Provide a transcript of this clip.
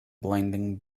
blinding